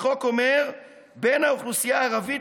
החוק אומר: "בן האוכלוסייה הערבית,